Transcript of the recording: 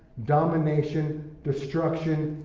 domination, destruction,